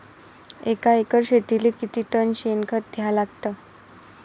एका एकर शेतीले किती टन शेन खत द्या लागन?